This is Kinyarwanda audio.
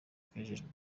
kajejwe